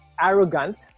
arrogant